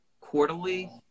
quarterly